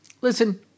listen